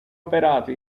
operato